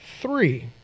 three